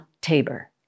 Tabor